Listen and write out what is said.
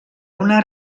una